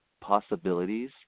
possibilities